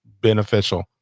beneficial